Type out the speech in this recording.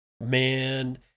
man